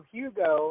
Hugo